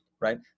Right